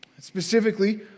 Specifically